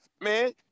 man